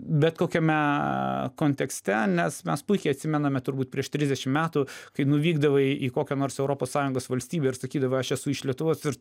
bet kokiame kontekste nes mes puikiai atsimename turbūt prieš trisdešim metų kai nuvykdavai į kokią nors europos sąjungos valstybę ir sakydavai aš esu iš lietuvos ir